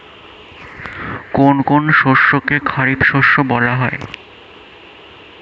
কোন কোন শস্যকে খারিফ শস্য বলা হয়?